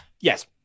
yes